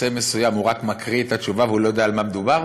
מסוים רק מקריא את התשובה ולא יודע על מה מדובר?